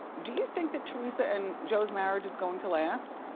do you think that teresa and joe's marriage is going to last?